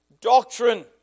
doctrine